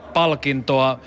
palkintoa